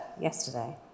yesterday